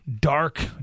dark